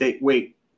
Wait